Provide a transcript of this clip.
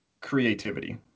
creativity